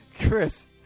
Chris